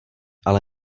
ale